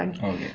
okay